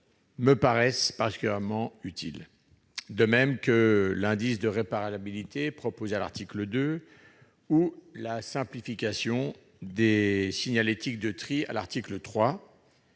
me paraît particulièrement utile, de même que l'indice de réparabilité défini à l'article 2 et la simplification des signalétiques de tri prévue à l'article 3.